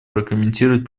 прокомментировать